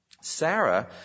Sarah